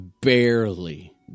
barely